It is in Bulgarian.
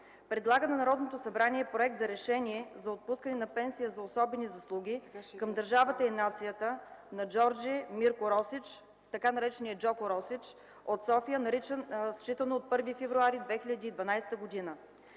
предлага на Народното събрание Проект за решение за отпускане на пенсия за особени заслуги към държавата и нацията на Джордже Мирко Росич, така нареченият Джордже Росич, от София, считано от 1 февруари 2012 г.